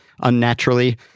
unnaturally